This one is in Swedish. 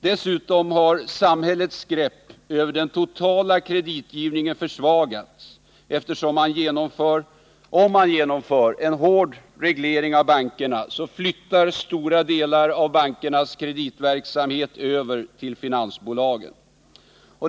Dessutom har samhällets grepp över den totala kreditgivningen försvagats, eftersom stora delar av bankernas kreditverksamhet flyttar över till finansbolagen om man genomför en hård reglering av bankerna.